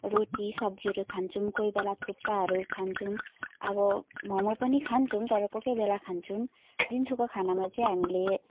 रोटी सब्जीहरू खान्छौँ कोही बेला थुक्पाहरू खान्छौँ अब मम पनि खान्छौँ तर कोही कोही बेला खान्छौँ दिउँसोको खानामा चाहिँ हामीले